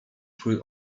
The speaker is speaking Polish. twój